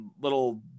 little